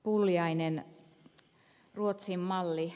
pulliainen ruotsin malli